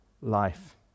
life